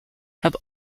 have